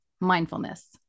mindfulness